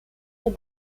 der